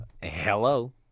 Hello